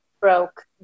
broke